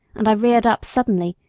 and i reared up suddenly,